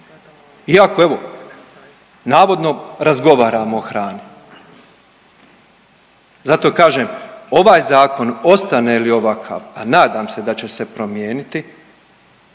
iako evo navodno razgovaramo o hrani. Zato kažem, ovaj zakon ostane li ovakav, a nadam se da će se promijeniti,